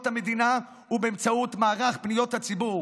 המדינה הוא באמצעות מערך פניות הציבור.